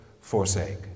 forsake